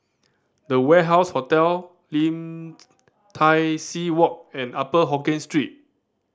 The Warehouse Hotel Lim Tai See Walk and Upper Hokkien Street